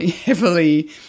heavily